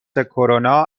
کرونا